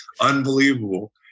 Unbelievable